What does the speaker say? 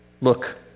Look